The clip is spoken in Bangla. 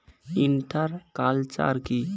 ইন্টার কালচার কি?